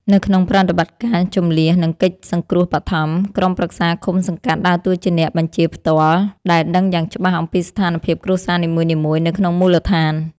នៅក្នុងប្រតិបត្តិការជម្លៀស និងកិច្ចសង្គ្រោះបឋម ក្រុមប្រឹក្សាឃុំ-សង្កាត់ដើរតួជាអ្នកបញ្ជាផ្ទាល់ ដែលដឹងយ៉ាងច្បាស់អំពីស្ថានភាពគ្រួសារនីមួយៗនៅក្នុងមូលដ្ឋាន។